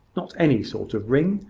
not any sort of ring?